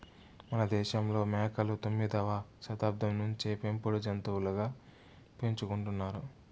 మనదేశంలో మేకలు తొమ్మిదవ శతాబ్దం నుంచే పెంపుడు జంతులుగా పెంచుకుంటున్నారు